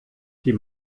die